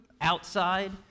outside